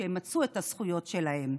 שימצו את הזכויות שלהם.